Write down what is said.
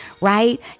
Right